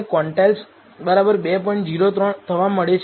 03 થવા મળે છે